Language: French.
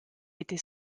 était